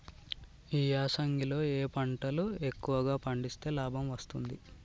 ఈ యాసంగి లో ఏ పంటలు ఎక్కువగా పండిస్తే లాభం వస్తుంది?